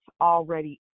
already